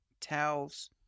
Towels